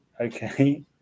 Okay